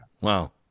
wow